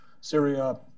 Syria